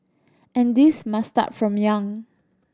and this must start from young